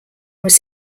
was